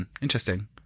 interesting